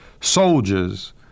soldiers